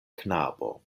knabo